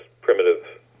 primitive